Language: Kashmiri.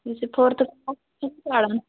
یہِ چھُ فورتھ کِژھ پران